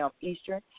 Eastern